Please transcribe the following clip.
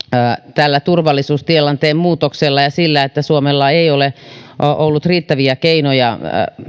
tällä turvallisuustilanteen muutoksella ja sillä että suomella ei ole ollut riittäviä keinoja